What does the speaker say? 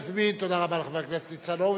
תודה רבה לחבר הכנסת ניצן הורוביץ.